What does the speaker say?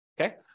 Okay